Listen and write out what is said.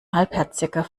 halbherziger